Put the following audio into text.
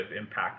impact